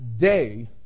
day